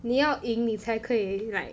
你要赢你才可以 like